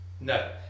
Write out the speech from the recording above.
No